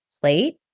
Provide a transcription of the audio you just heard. plate